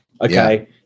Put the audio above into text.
okay